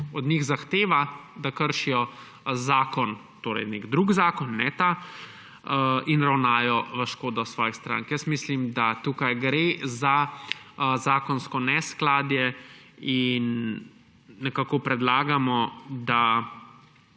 od njih zahteva, da kršijo zakon – torej nek drug zakon, ne tega – in ravnajo v škodo svojih strank. Mislim, da tukaj gre za zakonsko neskladje in nekako predlagamo, da